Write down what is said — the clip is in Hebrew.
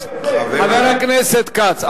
חבר הכנסת כץ,